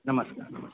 नमस्कार नमस्कार